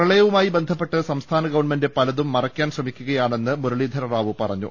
പ്രളയവുമായി ബന്ധപ്പെട്ട് സംസ്ഥാന ഗവൺമെന്റ് പലതും മറയ്ക്കാൻ ശ്രമിക്കുക യാണെന്ന് മുരളീധരറാവു പറഞ്ഞു